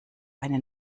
eine